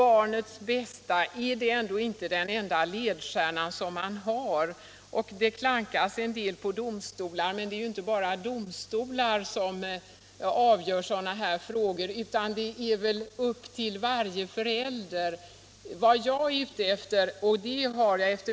Är ändå inte barnets bästa den enda ledstjärna man har? Det klankas en del på domstolar, men det är inte bara domstolar som avgör sådana här frågor utan det ankommer på varje förälder att ta ställning.